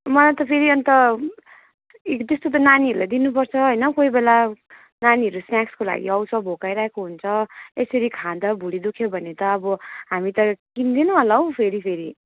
मलाई त फेरि अनि त ए त्यस्तो त नानीहरूलाई दिनुपर्छ होइन कोही बेला नानीहरू स्न्याक्सको लागि आउँछ भोकाइरहेको हुन्छ यसरी खाँदा भुँडी दुख्यो भने त अब हामी त किन्दैनौँ होला हो फेरि फेरि